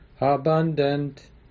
abundant